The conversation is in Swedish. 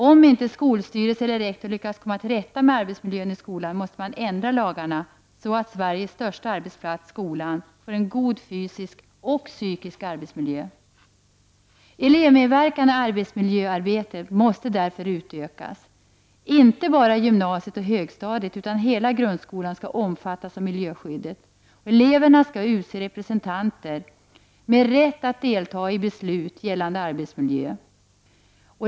Om inte skolstyrelse eller rektor lyckas komma till rätta med arbetsmiljön i skolan, måste lagarna ändras, så att Sveriges största arbetsplats — skolan — får en god fysisk och psykisk arbetsmiljö. Elevmedverkan i arbetsmiljöarbetet måste därför utökas — inte bara på gymnasiet och högstadiet, utan hela grundskolan skall omfattas av miljöskyddet. Eleverna skall utse representanter med rätt att delta i besluten om arbetsmiljön.